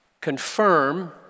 confirm